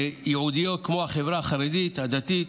ייעודיות, כמו החברה החרדית, הדתית.